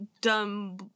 dumb